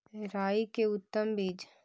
राई के उतम बिज?